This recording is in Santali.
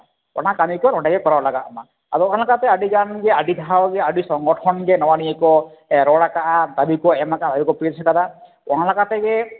ᱚᱱᱟ ᱠᱟᱹᱢᱤ ᱠᱚ ᱱᱚᱸᱰᱮ ᱜᱮ ᱠᱚᱨᱟᱣ ᱞᱟᱜᱟᱜ ᱢᱟ ᱦᱚᱸᱜᱼᱚ ᱱᱚᱝᱠᱟ ᱛᱮ ᱟᱹᱰᱤ ᱜᱟᱱ ᱜᱮ ᱟᱹᱰᱤ ᱫᱷᱟᱣ ᱜᱮ ᱟᱹᱰᱤ ᱥᱚᱝᱜᱚᱴᱷᱚᱱ ᱜᱮ ᱱᱚᱣᱟ ᱱᱤᱭᱟᱹ ᱠᱚ ᱨᱚᱲᱟᱠᱟᱜᱼᱟ ᱫᱟᱵᱤ ᱠᱚ ᱮᱢ ᱟᱠᱟᱜᱼᱟ ᱟᱹᱰᱤ ᱠᱚ ᱯᱞᱮᱥ ᱟᱠᱟᱫᱟ ᱚᱱᱟ ᱞᱮᱠᱟᱛᱮᱜᱮ